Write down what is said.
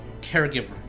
caregiver